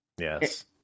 Yes